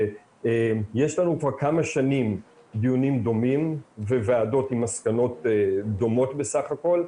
שיש לנו כבר כמה שנים דיונים דומים וועדות עם מסקנות דומות בסך הכל,